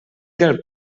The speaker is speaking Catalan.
del